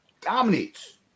dominates